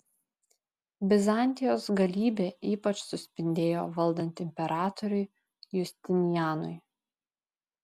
bizantijos galybė ypač suspindėjo valdant imperatoriui justinianui